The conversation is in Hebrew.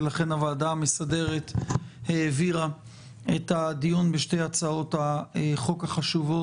הוועדה המסדרת העבירה את הדיון בשתי הצעות החוק אלינו.